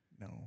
No